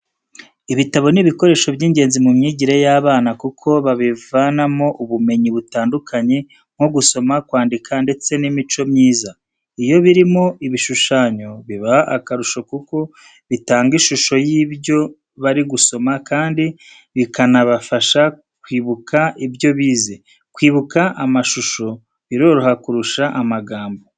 Ibitabo ni ibikoresho by'ingenzi mu myigire y'abana, kuko babivanamo ubumenyi butandukanye nko gusoma, kwandika, ndetse n'imico myiza. Iyo birimo ibishushanyo biba akarusho kuko bitanga ishusho y'ibyo bari gusoma kandi bikanabafasha kwibuka ibyo bize, kwibuka amashusho biroroha kurusha amagambo.